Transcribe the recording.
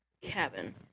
cabin